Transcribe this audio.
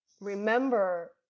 remember